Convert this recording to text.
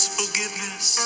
forgiveness